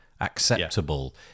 acceptable